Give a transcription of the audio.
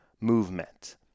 movement